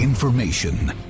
Information